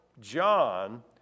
John